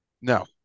No